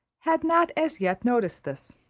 had not as yet noticed this.